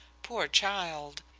poor child!